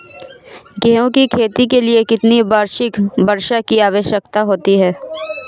गेहूँ की खेती के लिए कितनी वार्षिक वर्षा की आवश्यकता होती है?